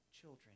children